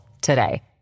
today